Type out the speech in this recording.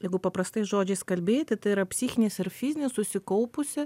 jeigu paprastais žodžiais kalbėti tai yra psichinis ar fizinis susikaupusi